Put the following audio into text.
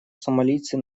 сомалийцы